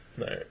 Right